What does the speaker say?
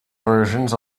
versions